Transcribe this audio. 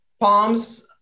Palms